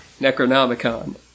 Necronomicon